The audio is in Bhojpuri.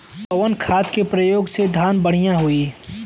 कवन खाद के पयोग से धान बढ़िया होई?